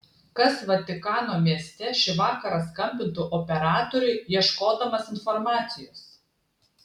kas vatikano mieste šį vakarą skambintų operatoriui ieškodamas informacijos